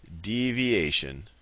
deviation